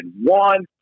One